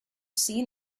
seen